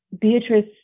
Beatrice